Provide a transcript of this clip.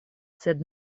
sed